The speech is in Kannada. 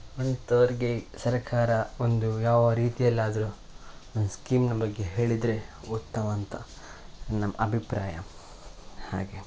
ಅಂಥವ್ರಿಗೆ ಸರಕಾರ ಒಂದು ಯಾವ ರೀತಿಯಲ್ಲಾದರು ಒಂದು ಸ್ಕೀಮಿನ ಬಗ್ಗೆ ಹೇಳಿದರೆ ಉತ್ತಮಾಂತ ನಮ್ಮ ಅಭಿಪ್ರಾಯ ಹಾಗೆ